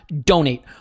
donate